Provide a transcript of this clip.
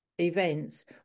events